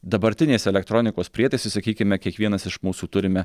dabartinės elektronikos prietaisai sakykime kiekvienas iš mūsų turime